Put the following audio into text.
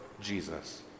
Jesus